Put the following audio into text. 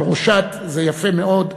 אבל ראשת זה יפה מאוד,